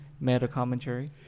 meta-commentary